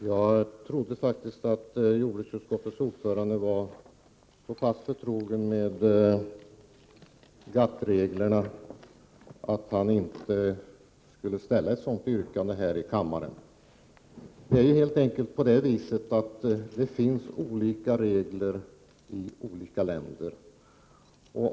Herr talman! Jag trodde att jordbruksutskottets ordförande var så pass förtrogen med GATT-reglerna att han inte skulle framställa ett sådant yrkande här i kammaren som han gjorde. Det är helt enkelt på det viset att det finns olika regler i olika länder.